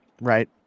Right